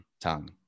tongue